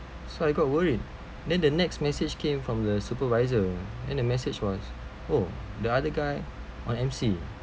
so I got worried then the next message came from the supervisor then the message was oh the other guy on M_C